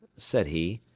said he,